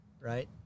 right